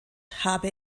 habe